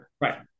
Right